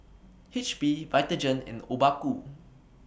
H P Vitagen and Obaku